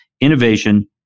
innovation